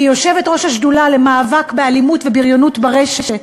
כיושבת-ראש השדולה למאבק באלימות ובריונות ברשת,